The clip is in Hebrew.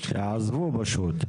שעזבו פשוט.